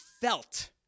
felt